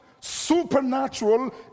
supernatural